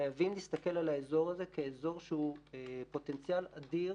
חייבים להסתכל על האזור הזה כאזור שהוא פוטנציאל אדיר